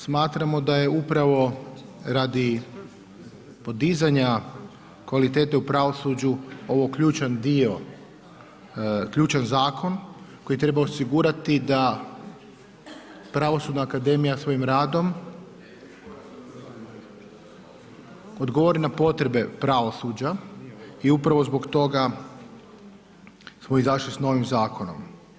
Smatramo da je upravo radi podizanja kvalitete u pravosuđu ovo ključan dio, ključan zakon koji treba osigurati da Pravosudna akademija svojim radom odgovori na potrebe pravosuđa i upravo zbog toga smo izašli sa novim zakonom.